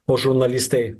o žurnalistai